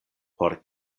por